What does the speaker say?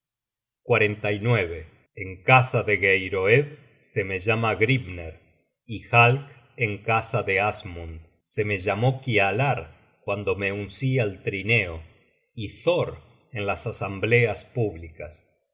en casa de geiroed se me llama grim ner y jalk en casa de asmund se me llamó kialar cuando me uncí al trineo y thor en las asambleas públicas